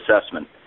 assessment